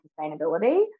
sustainability